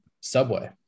subway